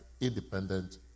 independent